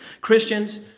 Christians